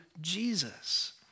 Jesus